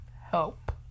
help